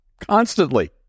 Constantly